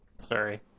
Sorry